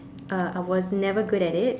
uh I was never good at it